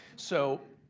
so,